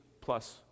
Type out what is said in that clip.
plus